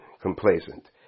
complacent